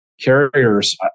carriers